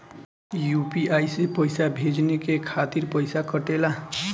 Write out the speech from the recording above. UPI से पइसा भेजने के खातिर पईसा कटेला?